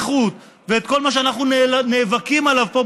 קצבאות נכות ואת כל מה שאנחנו נאבקים עליו פה,